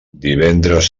divendres